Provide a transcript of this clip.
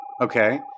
Okay